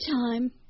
time